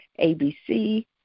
ABC